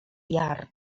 jar